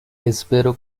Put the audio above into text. espero